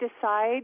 decide